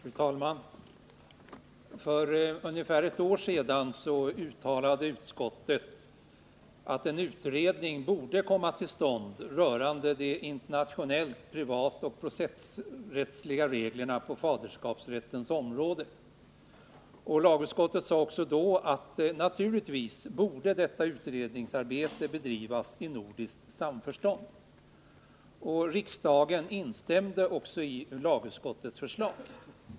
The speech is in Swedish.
Fru talman! För ungefär ett år sedan uttalade utskottet att en utredning borde komma till stånd rörande de internationellt privatoch processrättsliga reglerna på faderskapsrättens område. Lagutskottet sade också då att detta utredningsarbete naturligtvis borde bedrivas i nordiskt samförstånd. Riksdagen instämde i lagutskottets förslag.